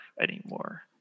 anymore